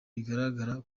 bigaragara